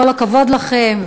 כל הכבוד לכם,